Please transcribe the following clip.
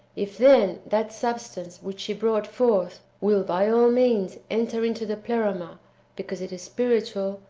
if, then, that substance which she brought forth will by all means enter into the pleroma be cause it is spiritual,